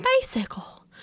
bicycle